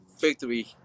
victory